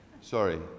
Sorry